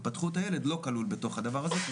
התפתחות הילד לא כלול בתוך הדבר הזה כי